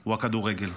הוא הכדורגל,